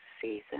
season